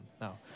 No